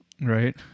Right